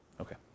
Okay